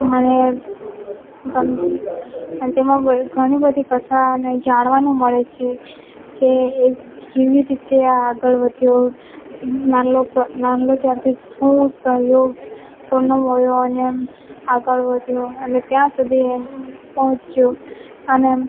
મને અને તેમાં ઘણીબધી કથા અને જાણવાનું મળે છે કે એ કેવી રીતે આગળ વધ્યો નાનો ત્યારથી શું સહયોગ કોનો મળ્યો અને આગળ વધ્યો અને ત્યાં સુધી એ પહોંચ્યો અને